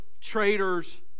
traitors